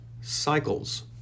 cycles